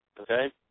Okay